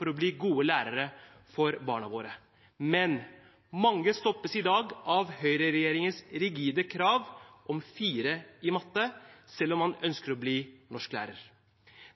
å bli gode lærere for barna våre, men mange stoppes i dag av høyreregjeringens rigide krav om 4 i matte, selv om man ønsker å bli norsklærer.